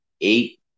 eight